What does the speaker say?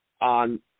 on